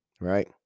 right